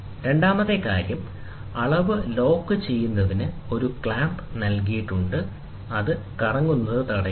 രണ്ടാമത്തെ കാര്യം അളവ് ലോക്ക് ചെയ്യുന്നതിന് ഒരു ക്ലാമ്പ് നൽകിയിട്ടുണ്ട് ഒരു ക്ലാമ്പ് ഉണ്ട് അത് കറങ്ങുന്നത് തടയുന്നു